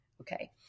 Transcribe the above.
Okay